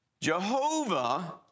Jehovah